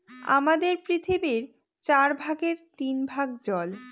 আমাদের পৃথিবীর চার ভাগের তিন ভাগ জল